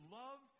love